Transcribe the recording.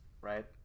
right